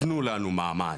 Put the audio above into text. תנו לנו מעמד.